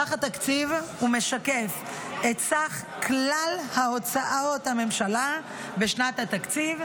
סך התקציב משקף את "סך כלל הוצאות הממשלה בשנת התקציב,